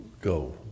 go